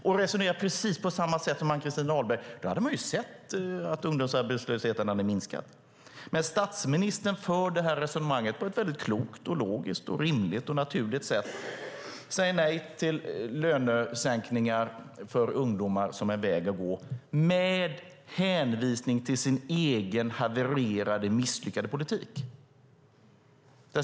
Han resonerade precis på samma sätt som Ann-Christin Ahlberg. Då hade man sett att ungdomsarbetslösheten hade minskat. Statsministern för det resonemanget på ett väldigt klokt, logiskt, rimligt och naturligt sätt och säger nej till lönesänkningar för ungdomar som en väg att gå med hänvisning till sin egen havererade, misslyckade politik.